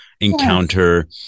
encounter